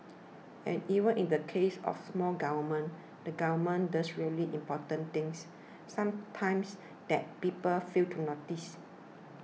and even in the case of small government the government does really important things sometimes that people fail to notice